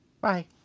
Bye